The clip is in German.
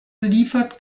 liefert